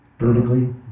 vertically